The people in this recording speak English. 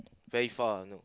very far you know